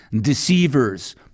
deceivers